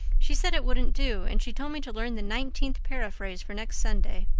she said it wouldn't do and she told me to learn the nineteenth paraphrase for next sunday.